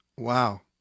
Wow